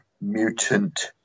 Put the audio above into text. mutant